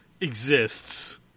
exists